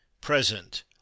present